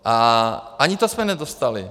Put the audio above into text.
A ani to jsme nedostali.